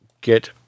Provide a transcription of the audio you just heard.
get